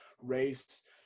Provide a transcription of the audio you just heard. race